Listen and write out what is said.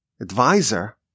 advisor